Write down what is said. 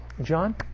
John